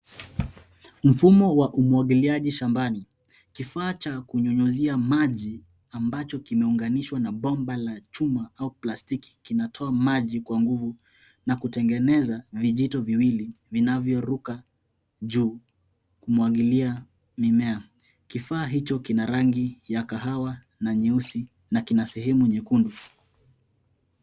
Mfumo wa umwagiliaji shambani . Kifaa cha kunyunyuzia maji ambacho kimeunganishwa na bomba la chuma au plastiki kinatoa maji kwa nguvu na kutengeneza vijito viwili vinavyoruka juu kumwagilia mimea. Kifaa hicho kina rangi ya kahawa na nyeusi na kina sehemu nyekundu.